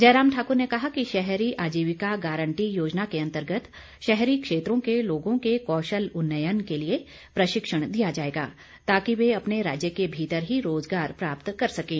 जयराम ठाकुर ने कहा कि शहरी आजीविका गारंटी योजना के अंतर्गत शहरी क्षेत्रों के लोगों के कौशल उन्नयन के लिए प्रशिक्षण दिया जाएगा ताकि वे अपने राज्य के भीतर ही रोजगार प्राप्त कर सकें